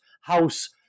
house